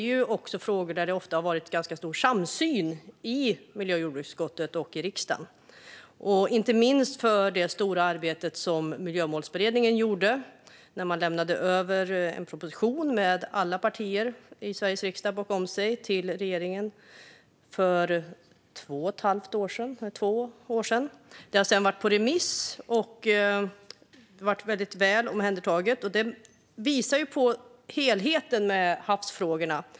I dessa frågor har det också ofta varit stor samsyn i miljö och jordbruksutskottet och riksdagen, inte minst när det gäller det stora arbete som Miljömålsberedningen gjorde när den lämnade över ett betänkande med alla partier i Sveriges riksdag bakom sig till regeringen för två år sedan. Det har sedan varit på remiss och varit väl omhändertaget. Det visar på helheten med havsfrågorna.